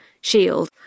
shield